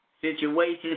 Situations